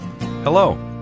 Hello